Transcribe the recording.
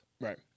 right